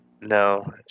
No